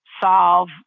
solve